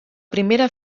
primera